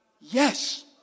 Yes